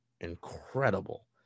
incredible